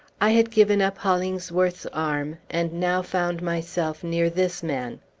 i had given up hollingsworth's arm, and now found myself near this man.